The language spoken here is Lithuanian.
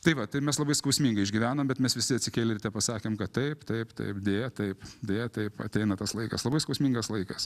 tai va tai mes labai skausmingai išgyvenom bet mes visi atsikėlę ryte pasakėm kad taip taip taip deja taip deja taip ateina tas laikas labai skausmingas laikas